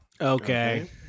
okay